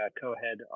co-head